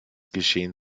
geschehen